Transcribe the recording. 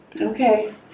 Okay